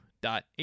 dot